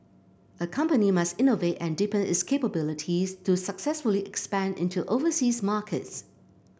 a company must innovate and deepen its capabilities to successfully expand into overseas markets